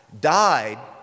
died